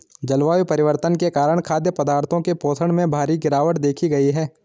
जलवायु परिवर्तन के कारण खाद्य पदार्थों के पोषण में भारी गिरवाट देखी गयी है